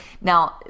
Now